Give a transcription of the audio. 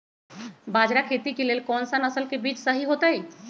बाजरा खेती के लेल कोन सा नसल के बीज सही होतइ?